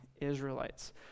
Israelites